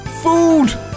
Food